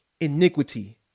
iniquity